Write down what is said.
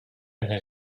eine